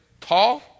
tall